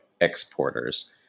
exporters